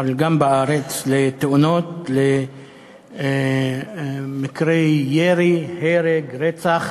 וגם בארץ, לתאונות, למקרי ירי, להרג, לרצח.